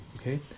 Okay